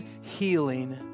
healing